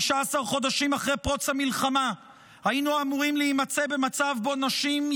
15 חודשים אחרי פרוץ המלחמה היינו אמורים להימצא במצב שבו נשים,